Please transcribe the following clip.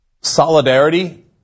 solidarity